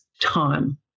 time